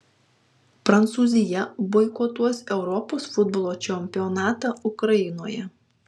prancūzija boikotuos europos futbolo čempionatą ukrainoje